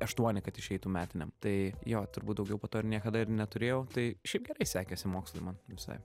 aštuoni kad išeitų metiniam tai jo turbūt daugiau po to ir niekada ir neturėjau tai šiaip gerai sekėsi mokslai man visai